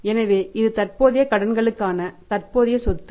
எனவே இது தற்போதைய கடன்களுக்கான தற்போதைய சொத்து 1